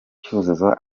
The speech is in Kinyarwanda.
cyuzuzo